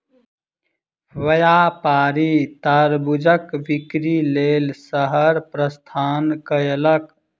व्यापारी तरबूजक बिक्री लेल शहर प्रस्थान कयलक